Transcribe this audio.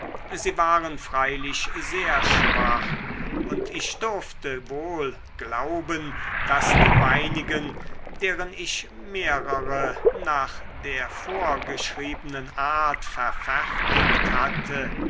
sie waren freilich sehr schwach und ich durfte wohl glauben daß die meinigen deren ich mehrere nach der vorgeschriebenen art verfertigt hatte